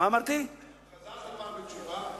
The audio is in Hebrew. חזרת פעם בתשובה?